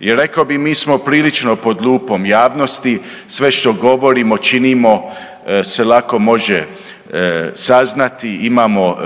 I rekao bih mi smo prilično pod lupom javnosti. Sve što govorimo, činimo se lako može saznati. Imamo